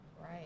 Right